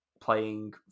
playing